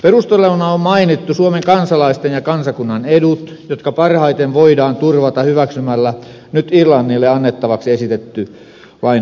perusteluina on mainittu suomen kansalaisten ja kansakunnan edut jotka parhaiten voidaan turvata hyväksymällä nyt irlannille annettavaksi esitetty lainoitustakaus